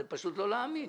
זה פשוט לא להאמין,